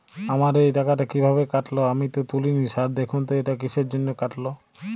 আমার এই টাকাটা কীভাবে কাটল আমি তো তুলিনি স্যার দেখুন তো এটা কিসের জন্য কাটল?